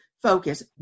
focus